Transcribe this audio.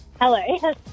Hello